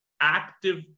active